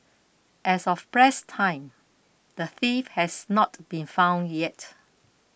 as of press time the thief has not been found yet